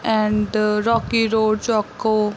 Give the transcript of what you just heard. and rocky road choco